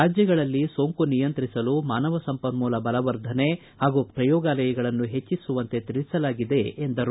ರಾಜ್ಯಗಳಲ್ಲಿ ಸೋಂಕು ನಿಯಂತ್ರಿಸಲು ಮಾನವ ಸಂಪನ್ಮೂಲ ಬಲವರ್ಧನೆ ಹಾಗೂ ಪ್ರಯೋಗಾಲಯಗಳನ್ನು ಹೆಚ್ಚಿಸುವಂತೆ ತಿಳಿಸಲಾಗಿದೆ ಎಂದರು